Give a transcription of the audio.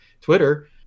Twitter